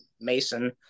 Mason